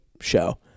show